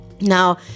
Now